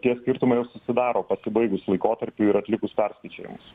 tie skirtumai ir susidaro pasibaigus laikotarpiui ir atlikus perskaičiavimus